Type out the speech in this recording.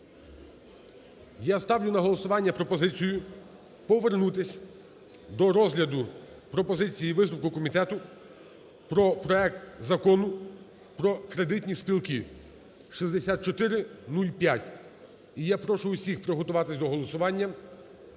я ставлю на голосування пропозицію повернутись до розгляду пропозиції і висновку комітету про проект Закону про кредитні спілки (6405). І я прошу всіх приготуватись до голосування,